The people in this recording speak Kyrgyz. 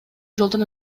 жолдон